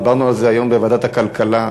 דיברנו על זה היום בוועדת הכלכלה,